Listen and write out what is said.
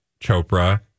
Chopra